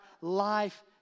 life